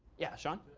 yeah, sean?